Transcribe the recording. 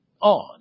on